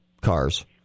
cars